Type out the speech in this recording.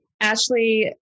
Ashley